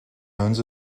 owns